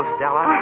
Stella